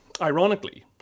Ironically